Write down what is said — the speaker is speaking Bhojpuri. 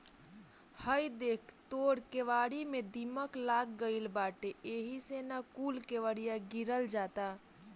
हइ देख तोर केवारी में दीमक लाग गइल बाटे एही से न कूल केवड़िया गिरल जाता